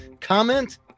Comment